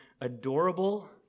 adorable